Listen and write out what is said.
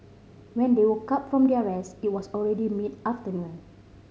when they woke up from their rest it was already mid afternoon